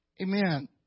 Amen